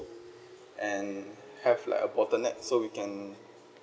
and have like a bottleneck so we can